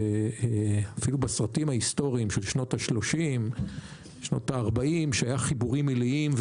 שאפילו בסרטים ההיסטוריים של שנות השלושים והארבעים היו חיבורים עיליים,